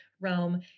realm